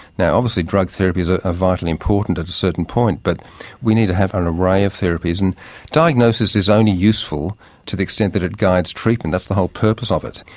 now obviously drug therapy is ah vitally important at a certain point but we need to have an array of therapies and diagnosis is only useful to the extent that it guides treatment, that's the whole purpose of it.